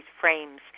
frames